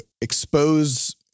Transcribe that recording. expose